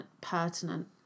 pertinent